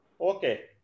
Okay